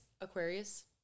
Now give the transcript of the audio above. Aquarius